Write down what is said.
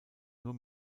nur